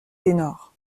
ténors